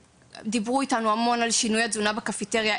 דיברו איתנו המון על שינויי תזונה בקפיטריה.